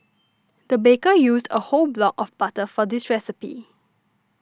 the baker used a whole block of butter for this recipe